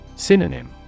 Synonym